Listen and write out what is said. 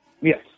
Yes